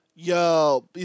yo